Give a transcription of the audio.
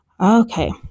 Okay